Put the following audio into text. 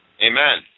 Amen